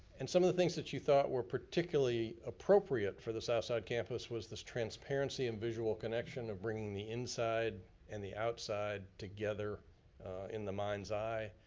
and some of the things that you thought were particularly appropriate for the southside campus was this transparency and visual connection of bringing the inside and the outside together in the mind's eye.